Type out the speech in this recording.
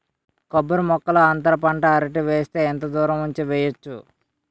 కొబ్బరి మొక్కల్లో అంతర పంట అరటి వేస్తే ఎంత దూరం ఉంచి వెయ్యొచ్చు?